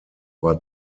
war